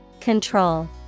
Control